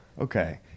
Okay